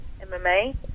MMA